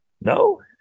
No